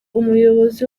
umuyobozi